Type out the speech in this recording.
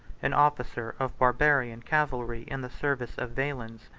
an officer of barbarian cavalry in the service of valens,